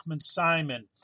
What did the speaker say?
Simon